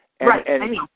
Right